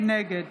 נגד